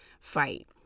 fight